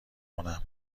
کنم